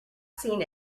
seen